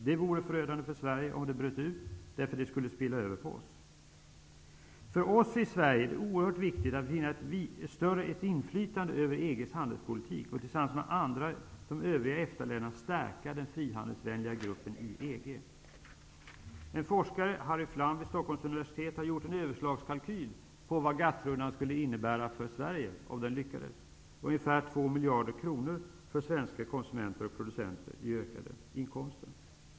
Det vore förödande för Sverige om det bröt ut, därför att det skulle så att säga spilla över på oss. För oss i Sverige är det oerhört viktigt att vi har ett större inflytande över EG:s handelspolitik och tillsammans med de övriga EFTA-länderna skapa den frihandelsvänliga gruppen i EG. Flam, har gjort en överslagskalkyl över vad en lyckad utgång av GATT-rundan skulle kunna innebära för Sverige. Det skulle bli ungefär två miljarder kronor i ökade inkomster per år för svenska konsumenter och producenter.